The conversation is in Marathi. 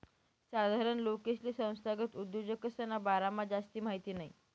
साधारण लोकेसले संस्थागत उद्योजकसना बारामा जास्ती माहिती नयी